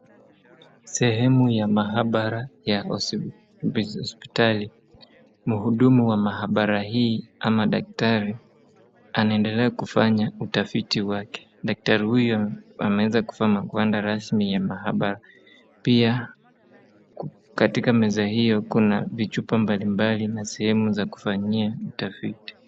Sehemu ya maabara ya hospitali. Muhudumu wa maabara hii ama dakrari, anaendelea kufanya utafiti wake. Daktari huyu ameweza kuvaa magwanda rasmi ya maabara. Pia katika meza hio kuna vichupa mbalimbali na sehemu za kufanyia utafiti.